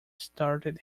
started